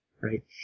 Right